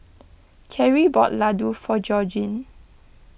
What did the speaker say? Keri bought Laddu for Georgine